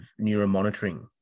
neuromonitoring